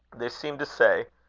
they seem to say,